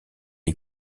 les